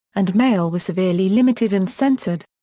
and mail was severely limited and censored.